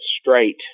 straight